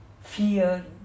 fear